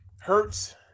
hurts –